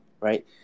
right